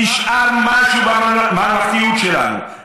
נשאר משהו בממלכתיות שלנו,